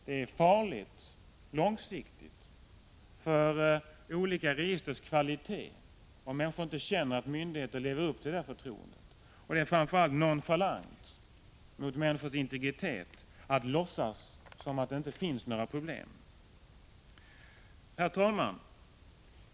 Det är farligt, långsiktigt, för olika registers kvalitet om människor inte känner att myndigheter lever upp till det förtroendet. Det är framför allt nonchalant mot människors integritet att låtsas som om det inte finns några problem. Herr talman!